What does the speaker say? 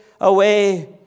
away